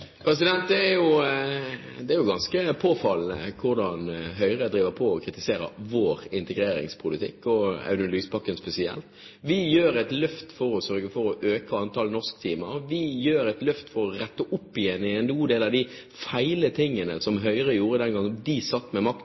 ganske påfallende hvordan Høyre driver på og kritiserer vår integreringspolitikk og Audun Lysbakken spesielt. Vi gjør et løft for å sørge for å øke antall norsktimer. Vi gjør et løft for å rette opp igjen en god del av de gale tingene som Høyre gjorde den gangen de satt med